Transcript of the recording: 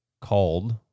called